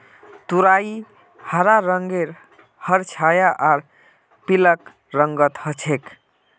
तुरई हरा रंगेर हर छाया आर पीलक रंगत ह छेक